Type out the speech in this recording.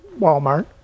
Walmart